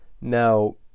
now